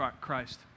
Christ